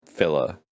filler